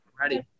Ready